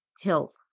help